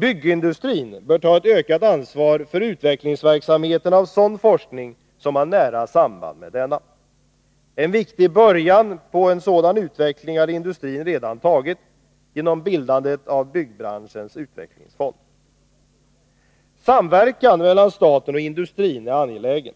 ökas. Byggindustrin bör ta ett ökat ansvar för utvecklingsverksamheten och för sådan forskning som har nära samband med denna. En viktig början på en sådan utveckling har industrin redan tagit genom bildandet av byggbranschens utvecklingsfond. Samverkan mellan staten och industrin är angelägen.